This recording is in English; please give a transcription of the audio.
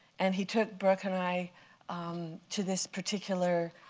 and he took brooke and i um to this particular